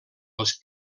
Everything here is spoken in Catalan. els